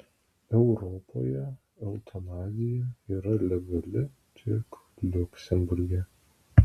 europoje eutanazija yra legali tik liuksemburge